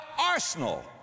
arsenal